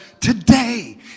today